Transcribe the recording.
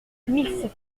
mille